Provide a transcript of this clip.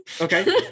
okay